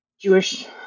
Jewish